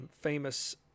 famous